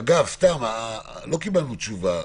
אגב, לא קיבלנו תשובה.